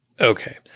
Okay